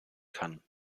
kann